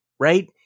Right